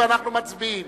ואנחנו מצביעים.